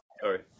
Sorry